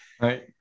Right